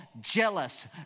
jealous